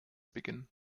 beginnen